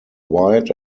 white